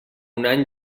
any